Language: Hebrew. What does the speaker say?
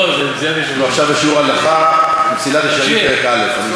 לא, הוא עכשיו בשיעור "מסילת ישרים" פרק א'.